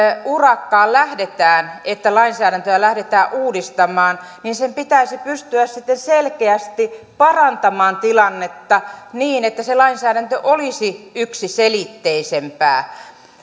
urakkaan lähdetään että lainsäädäntöä lähdetään uudistamaan sen pitäisi pystyä sitten selkeästi parantamaan tilannetta niin että se lainsäädäntö olisi yksiselitteisempää